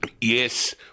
Yes